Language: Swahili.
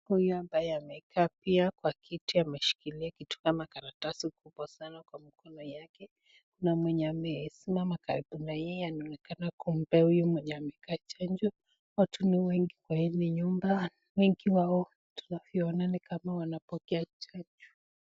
Huyu ambaye amekaa pia kwa kiti ameshikilia kitu kama karatasi kubwa sana kwa mkono yake na mwenye amesimama karibu na yeye anaonekana kumpea huyu mwenye amekaa chanjo. Watu ni wengi kwa hili nyumba. Wengi wao tunavyoona ni kama wanapokea chanjo.